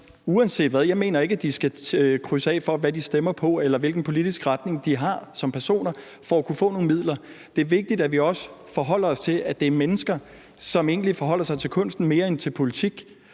uanset hvad – jeg mener ikke, at de skal krydse af, i forhold til hvad de stemmer på eller hvilken politisk retning de har personligt, for at kunne få nogle midler – er vigtigt, at vi også forholder os til, at det er mennesker, som egentlig forholder sig til kunsten mere end til politik.